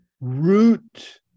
root